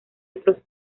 otros